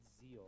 zeal